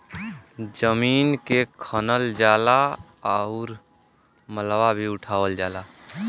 जमीन के खनल जाला आउर मलबा भी उठावल जाला